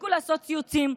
תפסיקו לעשות ציוצים,